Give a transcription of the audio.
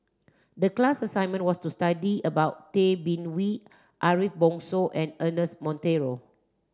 the class assignment was to study about Tay Bin Wee Ariff Bongso and Ernest Monteiro